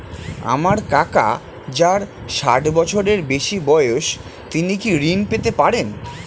আমার কাকা যার ষাঠ বছরের বেশি বয়স তিনি কি ঋন পেতে পারেন?